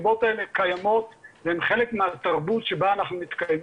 המסיבות האלה קיימות והן חלק מהתרבות בה אנחנו מתקיימים.